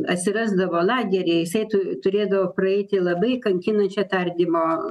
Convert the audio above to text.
atsirasdavo lageryje jisai tu turėdavo praeiti labai kankinančią tardymo